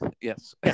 yes